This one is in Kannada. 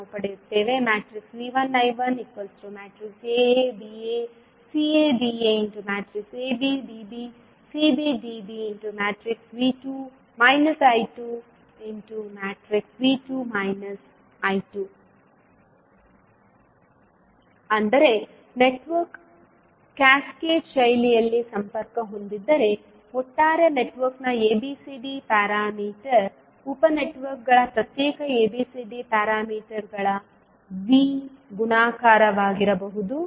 ನಾವು ಪಡೆಯುತ್ತೇವೆ V1 I1 Aa Ba Ca Da Ab Bb Cb Db V2 I2 ವಿ2 ನಾನು2 ಅಂದರೆ ನೆಟ್ವರ್ಕ್ ಕ್ಯಾಸ್ಕೇಡ್ ಶೈಲಿಯಲ್ಲಿ ಸಂಪರ್ಕ ಹೊಂದಿದ್ದರೆ ಒಟ್ಟಾರೆ ನೆಟ್ವರ್ಕ್ನ ABCD ಪ್ಯಾರಾಮೀಟರ್ ಉಪ ನೆಟ್ವರ್ಕ್ಗಳ ಪ್ರತ್ಯೇಕ ABCD ಪ್ಯಾರಾಮೀಟರ್ಗಳ ವಿ ಗುಣಾಕಾರವಾಗಿರಬಹುದು